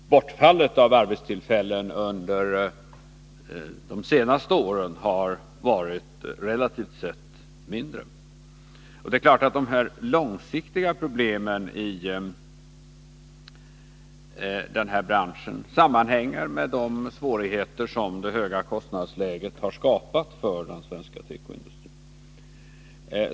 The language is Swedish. Bortfallet av arbetstillfällen under de senaste åren har varit relativt sett mindre. Det är klart att de långsiktiga problemen i branschen sammanhänger med de svårigheter som det höga kostnadsläget har skapat för den svenska tekoindustrin.